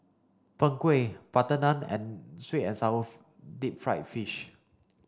Png Kueh butter Naan and sweet and sour deep fried fish